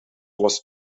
was